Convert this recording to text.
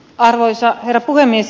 arvoisa herra puhemies